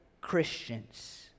Christians